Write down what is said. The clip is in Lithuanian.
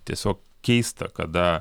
tiesiog keista kada